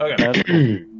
Okay